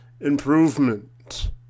improvement